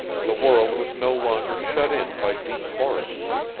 the world was no longer shut in by deep forests.